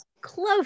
close